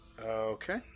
Okay